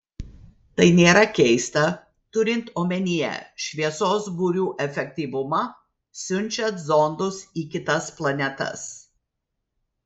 tai nėra keista turint omenyje šviesos burių efektyvumą siunčiant zondus į kitas planetas